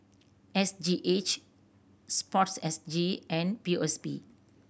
S G H SPORTSG and P O S B